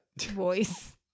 voice